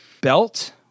belt